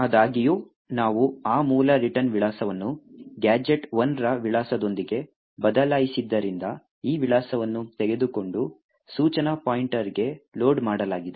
ಆದಾಗ್ಯೂ ನಾವು ಆ ಮೂಲ ರಿಟರ್ನ್ ವಿಳಾಸವನ್ನು ಗ್ಯಾಜೆಟ್ 1 ರ ವಿಳಾಸದೊಂದಿಗೆ ಬದಲಾಯಿಸಿದ್ದರಿಂದ ಈ ವಿಳಾಸವನ್ನು ತೆಗೆದುಕೊಂಡು ಸೂಚನಾ ಪಾಯಿಂಟರ್ಗೆ ಲೋಡ್ ಮಾಡಲಾಗಿದೆ